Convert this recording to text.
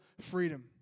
freedom